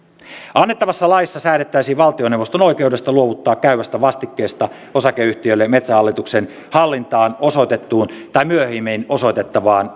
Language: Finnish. annettavassa laissa säädettäisiin valtioneuvoston oikeudesta luovuttaa käyvästä vastikkeesta osakeyhtiölle metsähallituksen hallintaan osoitettuun tai myöhemmin osoitettavaan